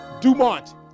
Dumont